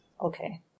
Okay